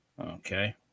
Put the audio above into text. Okay